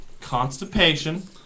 constipation